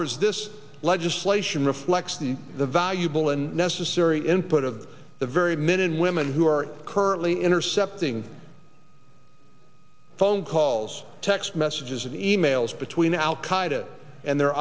words this legislation reflects the valuable and necessary input of the very minute women who are currently intercepting phone calls text messages and e mails between al qaida and the